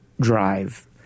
drive